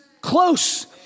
close